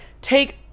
take